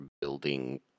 building